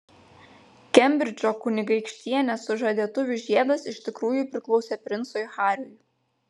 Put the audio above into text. kembridžo kunigaikštienės sužadėtuvių žiedas iš tikrųjų priklausė princui hariui